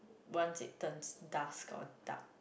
once it turns dark or dark